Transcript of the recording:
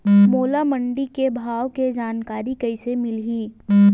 मोला मंडी के भाव के जानकारी कइसे मिलही?